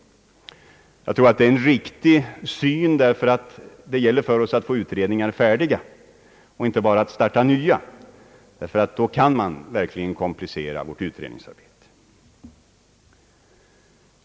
Jag tror att det är en riktig syn, därför att det gäller för oss att få utredningar färdiga och inte bara starta nya; annars kan man verkligen komplicera utredningsarbetet.